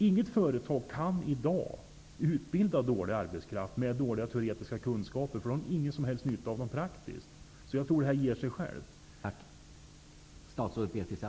Inget företag kan därför i dag utbilda dålig arbetskraft med dåliga teoretiska kunskaper, eftersom de då inte har någon nytta av dem praktiskt. Jag tror därför att detta ger sig själv.